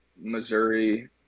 Missouri